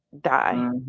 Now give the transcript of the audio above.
die